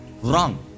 wrong